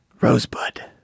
Rosebud